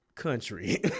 country